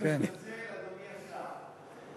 אדוני השר, אני מתנצל.